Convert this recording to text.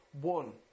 one